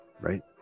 right